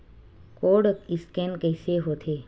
Code scan कइसे होथे?